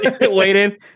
waiting